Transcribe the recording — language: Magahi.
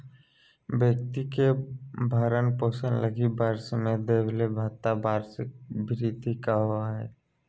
व्यक्ति के भरण पोषण लगी वर्ष में देबले भत्ता के वार्षिक भृति कहो हइ